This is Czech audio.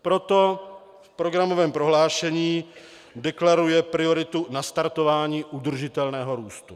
Proto v programovém prohlášení deklaruje prioritu nastartování udržitelného růstu.